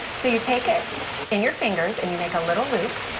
so you take it and your fingers and you make a little loop.